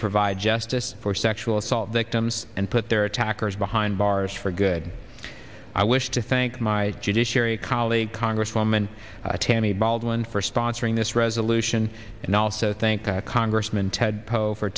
provide justice for sexual assault victims and put their attackers behind bars for good i wish to thank my judiciary colleague congresswoman tammy baldwin for sponsoring this resolution and i also thank congressman ted poe for